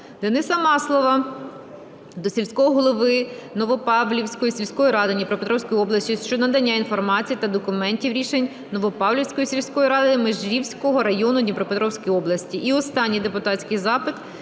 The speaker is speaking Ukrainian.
Дениса Маслова до сільського голови Новопавлівської сільської ради Дніпропетровської області щодо надання інформації та документів (рішень) Новопавлівської сільської ради Межівського району Дніпропетровської області.